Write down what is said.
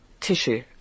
tissue